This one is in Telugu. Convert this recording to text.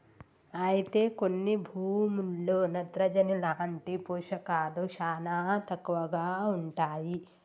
అయితే కొన్ని భూముల్లో నత్రజని లాంటి పోషకాలు శానా తక్కువగా ఉంటాయి